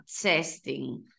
testing